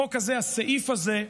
החוק הזה, הסעיף הזה,